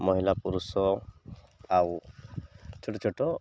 ମହିଳା ପୁରୁଷ ଆଉ ଛୋଟ ଛୋଟ